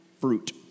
fruit